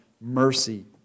mercy